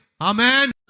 Amen